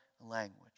language